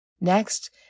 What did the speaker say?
Next